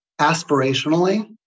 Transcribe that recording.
aspirationally